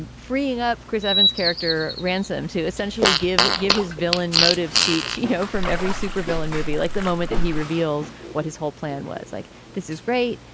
and freeing up chris evans character, ransom, to essentially give give his villain motive speech. you know, from every supervillain movie like the moment that he reveals what his whole plan was like, this is great.